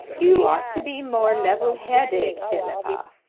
you ought to be more levelheaded, philippa.